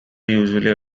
usually